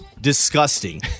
Disgusting